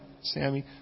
Sammy